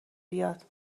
بیاد